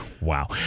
wow